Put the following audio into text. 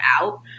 out